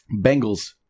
Bengals